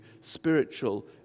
spiritual